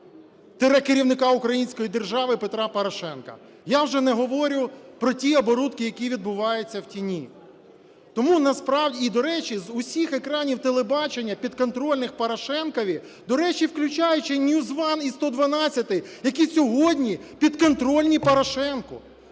тире керівника української держави Петра Порошенка. Я вже не говорю про ті оборудки, які відбуваються в тіні. І, до речі, з усіх екранів телебачення, підконтрольних Порошенкові, до речі, включаючи NewsOne і "112", які сьогодні підконтрольні Порошенку,